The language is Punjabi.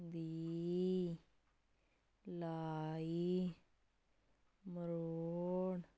ਦੀ ਲਾਈ ਮਰੋੜ